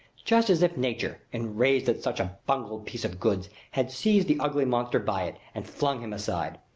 just as if nature, enraged at such a bungled piece of goods, had seized the ugly monster by it, and flung him aside.